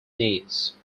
niece